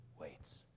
waits